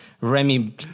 Remy